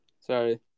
Sorry